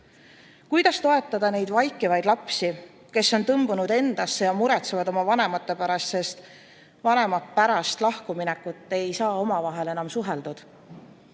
Kuidas toetada neid vaikivaid lapsi, kes on tõmbunud endasse ja muretsevad oma vanemate pärast, sest vanemad ei saa pärast lahkuminekut omavahel enam suheldud?